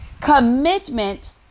Commitment